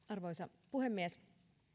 arvoisa puhemies